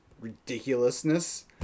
ridiculousness